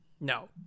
No